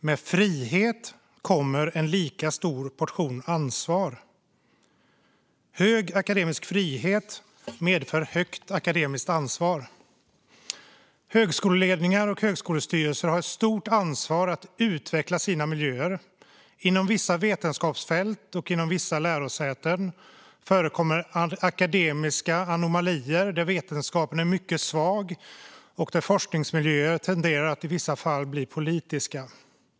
Med frihet kommer en lika stor portion ansvar. Hög akademisk frihet medför stort akademiskt ansvar. Högskoleledningar och högskolestyrelser har ett stort ansvar att utveckla sina miljöer. Inom vissa vetenskapsfält och vissa lärosäten förekommer akademiska anomalier där vetenskapen är mycket svag och där forskningsmiljöer tenderar att i vissa fall bli politiska.